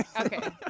Okay